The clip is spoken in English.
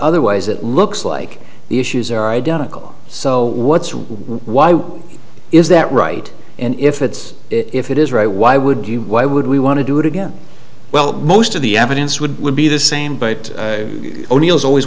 otherwise it looks like the issues are identical so what's why is that right and if it's if it is right why would you why would we want to do it again well most of the evidence would be the same but o'neill's always